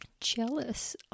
jealous